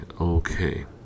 okay